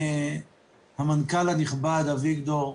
המנכ"ל הנכבד, אביגדור,